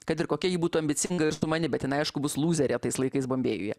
kad ir kokia ji būtų ambicinga ir sumani būtinai aišku bus lūzerė tais laikais bombėjuje